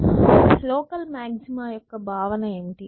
local maxima యొక్క భావన ఏమిటి